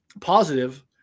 positive